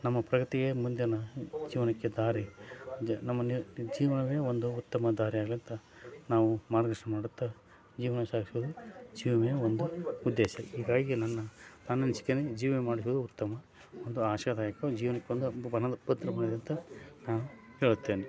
ನಮ್ಮ ಪ್ರಗತಿಗೆ ಮುಂದಿನ ಜೀವನಕ್ಕೆ ದಾರಿ ನಮ್ಮ ನಿರ್ಜೀವನವೆ ಒಂದು ಉತ್ತಮ ದಾರಿ ಆಗಲಿ ಅಂತ ನಾವು ಮಾರ್ಗದರ್ಶನ ಮಾಡುತ್ತಾ ಜೀವನ ಸಾಗಿಸೋದು ಜೀವ ವಿಮೆಯ ಒಂದು ಉದ್ದೇಶ ಹೀಗಾಗಿ ನನ್ನ ನನ್ನನಿಸಿಕೆಯೇ ಜೀವ ವಿಮೆ ಮಾಡಲು ಉತ್ತಮ ಒಂದು ಆಶಾದಾಯಕ ಜೀವನಕ್ಕೊಂದು ಅಂತ ನಾನು ಹೇಳುತ್ತೇನೆ